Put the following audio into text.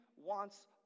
wants